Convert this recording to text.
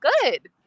good